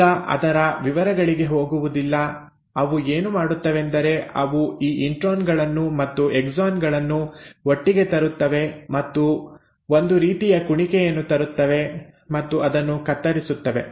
ಈಗ ಅದರ ವಿವರಗಳಿಗೆ ಹೋಗುವುದಿಲ್ಲ ಅವು ಏನು ಮಾಡುತ್ತವೆಂದರೆ ಅವು ಈ ಇಂಟ್ರಾನ್ ಗಳನ್ನು ಮತ್ತು ಎಕ್ಸಾನ್ ಗಳನ್ನು ಒಟ್ಟಿಗೆ ತರುತ್ತವೆ ಮತ್ತು ಒಂದು ರೀತಿಯ ಕುಣಿಕೆಯನ್ನು ತರುತ್ತವೆ ಮತ್ತು ಅದನ್ನು ಕತ್ತರಿಸುತ್ತವೆ